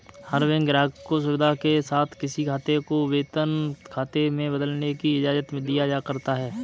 हर bank ग्राहक को सुविधा के साथ किसी खाते को वेतन खाते में बदलने की इजाजत दिया करता है